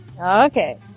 Okay